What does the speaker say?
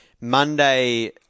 Monday